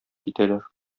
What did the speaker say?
китәләр